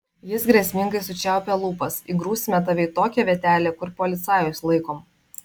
jis grėsmingai sučiaupė lūpas įgrūsime tave į tokią vietelę kur policajus laikom